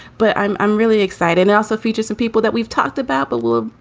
but i'm i'm really excited and also feature some people that we've talked about. but will,